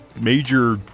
major